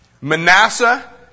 Manasseh